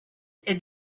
est